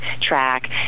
track